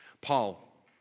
Paul